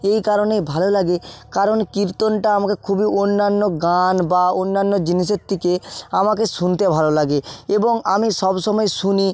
এই কারণেই ভালো লাগে কারণ কীর্তনটা আমাকে খুবই অন্যান্য গান বা অন্যান্য জিনিসের থেকে আমাকে শুনতে ভালো লাগে এবং আমি সব সময় শুনি